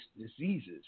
diseases